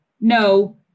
no